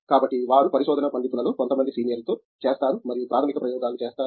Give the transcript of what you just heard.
కాబట్టి వారు పరిశోధన పండితులలో కొంతమంది సీనియర్లతో చేస్తారు మరియు ప్రాథమిక ప్రయోగాలు చేస్తారు